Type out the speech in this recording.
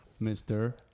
Mr